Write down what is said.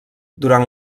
durant